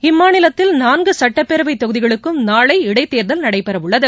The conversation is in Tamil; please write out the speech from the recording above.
இம்மாநிலத்தில் நான்கு சட்டப்பேரவைத் தொகுதிகளுக்கும் நாளை இடைத்தோதல் நடைபெறவுள்ளது